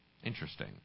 Interesting